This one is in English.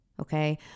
Okay